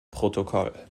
protokoll